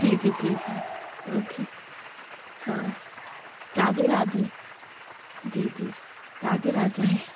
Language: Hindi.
ठीक है ठीक है ओके हाँ राधे राधे जी जी राधे राधे